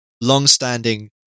longstanding